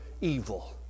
evil